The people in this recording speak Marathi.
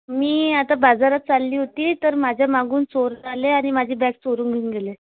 मी आता बाजारात चालली होती तर माझ्या मागून चोर आले आणि माझी बॅग चोरून घेऊन गेले